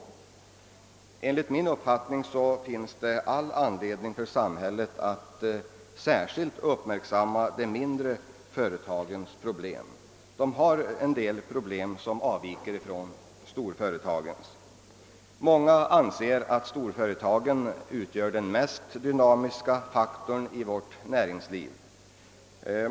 Enligt min uppfattning finns det all anledning för samhället att särskilt uppmärksamma de mindre företagens problem. De har en del svårigheter som avviker från vad som gäller för storföretagen. Många anser att storföretagen utgör den mest dynamiska faktorn i vårt näringsliv.